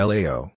Lao